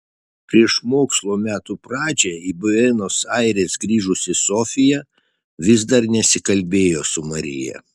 prieš mokslo metų pradžią į buenos aires grįžusi sofija vis dar nesikalbėjo su marija